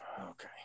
Okay